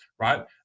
right